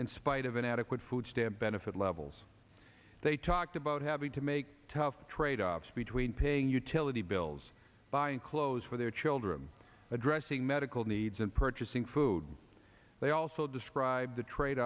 in spite of an adequate food stamp benefit levels they talked about having to make tough tradeoffs between paying utility bills buying clothes for their children addressing medical needs and purchasing food they also described the trade